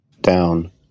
Down